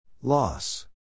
Loss